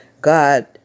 God